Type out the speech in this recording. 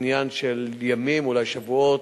עניין של ימים, אולי שבועות,